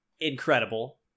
incredible